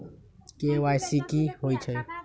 KYC कि होई छई?